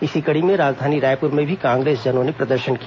इसी कड़ी में राजधानी रायपुर में भी कांग्रेसजनों ने प्रर्दशन किया